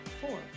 four